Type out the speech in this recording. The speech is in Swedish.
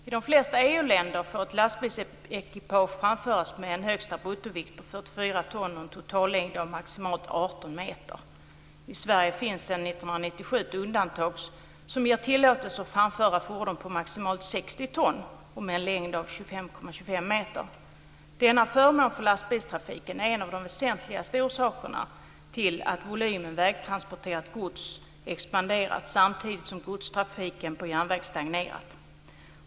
I de flesta EU-länder får ett lastbilsekipage framföras med en högsta bruttovikt på 44 ton och en totallängd av maximalt 18 meter. I Sverige finns sedan meter. Denna förmån för lastbilstrafiken är en av de väsentligaste orsakerna till att volymen vägtransporterat gods expanderat samtidigt som godstrafiken på järnväg stagnerat.